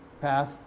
path